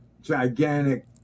gigantic